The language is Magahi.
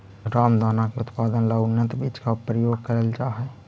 रामदाना के उत्पादन ला उन्नत बीज का प्रयोग करल जा हई